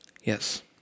Yes